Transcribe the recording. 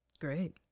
great